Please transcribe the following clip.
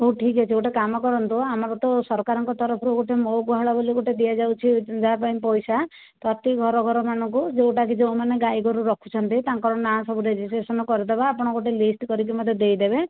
ହେଉ ଠିକ ଅଛି ଗୋଟେ କାମ କରନ୍ତୁ ଆମର ତ ସରକାରଙ୍କ ତରଫରୁ ଗୋଟିଏ ମୋ ଗୁହାଳ ବୋଲି ଗୋଟିଏ ଦିଆ ଯାଉଛି ଯାହା ପାଇଁ ପଇସା ପ୍ରତି ଘର ଘର ମାନଙ୍କୁ ଯେଉଁଟା କି ଯେଉଁମାନେ ଗାଈଗୋରୁ ରଖୁଛନ୍ତି ତାଙ୍କର ନାଁ ସବୁ ରେଜିଷ୍ଟ୍ରେସନ କରିଦେବା ଆପଣ ଗୋଟିଏ ଲିଷ୍ଟ କରିକି ମୋତେ ଦେଇଦେବେ